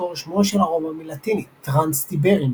מקור שמו של הרובע מלטינית "טרנס טיברים"